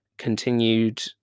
continued